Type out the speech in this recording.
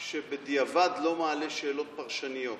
שבדיעבד לא מעלה שאלות פרשניות.